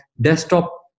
desktop